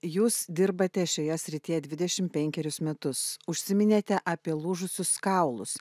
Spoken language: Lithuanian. jūs dirbate šioje srityje dvidešim penkerius metus užsiminėte apie lūžusius kaulus